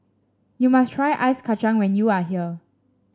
you must try Ice Kacang when you are here